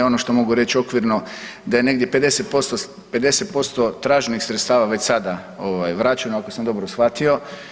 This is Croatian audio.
Ono što mogu reći okvirno da je negdje 50% traženih sredstava već sada vraćeno ako sam dobro shvatio.